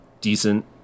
decent